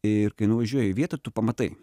ir kai nuvažiuoji į vietą tu pamatai